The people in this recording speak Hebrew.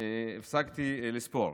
הפסקתי לספור.